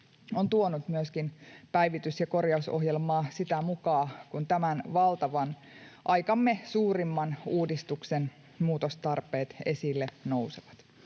on tuonut myöskin päivitys- ja korjausohjelmaa sitä mukaa, kun tämän valtavan, aikamme suurimman uudistuksen muutostarpeet esille nousevat.